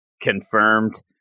Confirmed